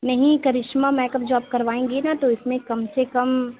نہیں Karishma makeup جو آپ کروائیں گی نہ تو اِس میں کم سے کم